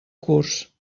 curs